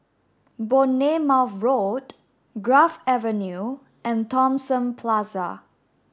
Bournemouth Road Grove Avenue and Thomson Plaza